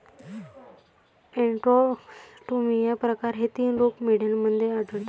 enterotoxaemia प्रकार हे तीन रोग मेंढ्यांमध्ये आढळतात